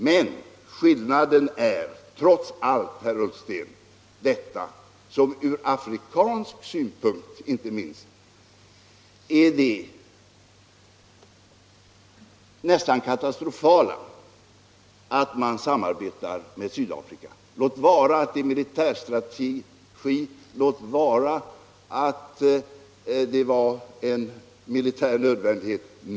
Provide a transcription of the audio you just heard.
Men skillnaden är trots allt — inte minst ur afrikansk synpunkt — detta nästan katastrofala att man samarbetar med Sydafrika — låt vara att det var en militär nödvändighet.